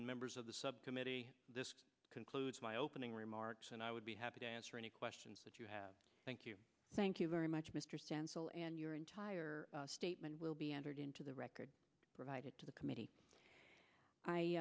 and members of the subcommittee this concludes my opening remarks and i would be happy to answer any questions that you have thank you thank you very much mr stansell and your entire statement will be entered into the record provided to the committee i